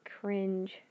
cringe